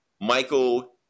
Michael